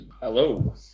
Hello